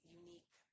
unique